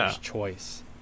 choice